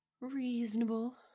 Reasonable